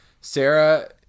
Sarah